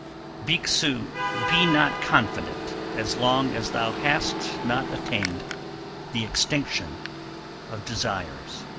bhikshu, be not confident as long as thou hast not attained the extinction of desires.